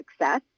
success